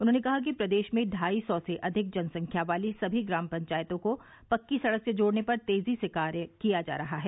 उन्होंने कहा कि प्रदेश में ढाई सौ से अधिक जनसंख्या वाली सभी ग्राम पंचायतों को पक्की सड़क से जोड़ने पर तेजी से कार्य किया जा रहा है